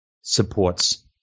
supports